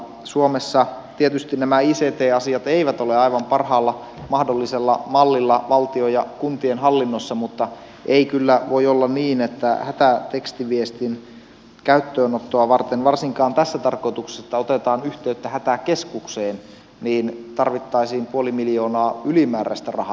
suomessa tietysti nämä ict asiat eivät ole aivan parhaalla mahdollisella mallilla valtion ja kuntien hallinnossa mutta ei kyllä voi olla niin että hätätekstiviestin käyttöönottoa varten varsinkaan tässä tarkoituksessa että otetaan yhteyttä hätäkeskukseen tarvittaisiin puoli miljoonaa ylimääräistä rahaa